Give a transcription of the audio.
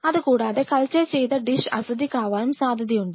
അതുകൂടാതെ കൾച്ചർ ചെയ്ത dish acidic ആവാനും സാധ്യത ഉണ്ട്